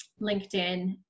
LinkedIn